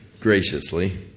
Graciously